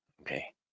okay